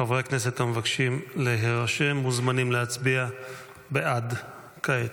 חברי הכנסת המבקשים להירשם מוזמנים להצביע בעד כעת.